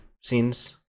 scenes